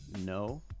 No